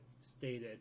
stated